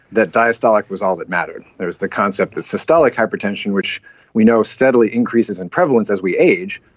that diastolic was all that mattered. there was the concept that systolic hypertension, which we know steadily increases in prevalence as we age,